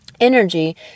energy